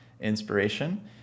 inspiration